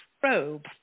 Probe